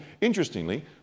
Interestingly